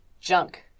Junk